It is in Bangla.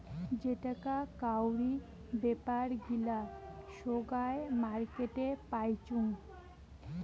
যেটাকা কাউরি বেপার গিলা সোগায় মার্কেটে পাইচুঙ